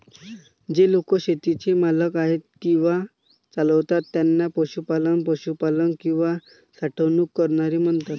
जे लोक शेतीचे मालक आहेत किंवा चालवतात त्यांना पशुपालक, पशुपालक किंवा साठवणूक करणारे म्हणतात